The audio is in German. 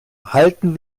halten